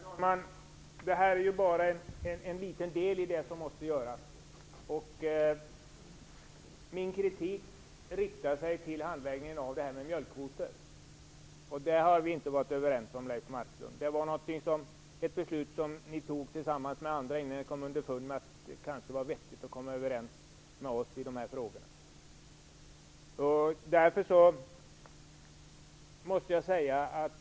Herr talman! Det här är ju bara en liten del i det som måste göras. Min kritik riktar sig mot handläggningen av frågan om mjölkkvoter. Detta har vi inte varit överens om, Leif Marklund. Detta var ett beslut ni fattade tillsammans med andra innan ni kom underfund med att det kanske var vettigt att komma överens med oss i de här frågorna.